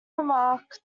remark